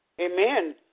Amen